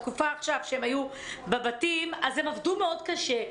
בתקופה עכשיו כשהם היו בבתים אז הם עבדו מאוד קשה,